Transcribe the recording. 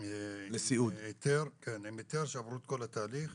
לסיעוד עם היתר שעברו את כל התהליך,